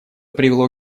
привело